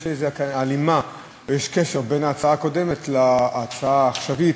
יש איזה הלימה או יש קשר בין ההצעה הקודמת להצעה העכשווית.